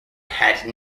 had